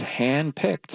handpicked